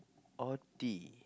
or D